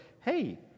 hey